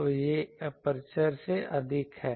तो यह एपर्चर से अधिक है